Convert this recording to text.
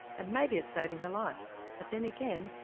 and maybe it's saving her life. but then again,